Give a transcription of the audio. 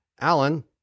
Alan